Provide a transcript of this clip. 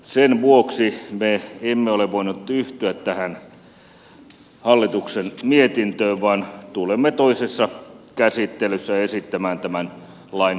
sen vuoksi me emme ole voineet yhtyä tähän hallituksen mietintöön vaan tulemme toisessa käsittelyssä esittämään tämän lain hylkäämistä